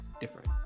different